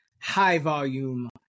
high-volume